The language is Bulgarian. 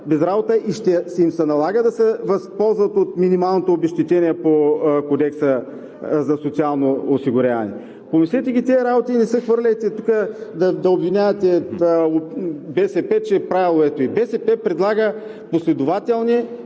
без работа и ще им се налага да се възползват от минималното обезщетение по Кодекса за социално осигуряване. Помислете ги тези работи и не се хвърляйте тук да обвинявате БСП, че правело… БСП предлага последователни